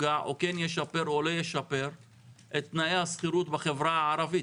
ישפר או לא את תנאי השכירות בחברה הערבית.